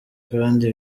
kandi